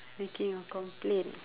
making a complaint